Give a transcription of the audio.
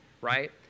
right